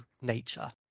nature